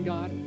God